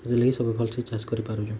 ସେଥିଲାଗି ସବୁ ଭଲ ସେ ଚାଷ କରି ପାରୁଛନ୍